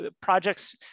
Projects